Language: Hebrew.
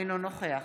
אינו נוכח